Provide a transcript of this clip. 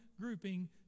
grouping